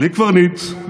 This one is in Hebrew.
בלי קברניט,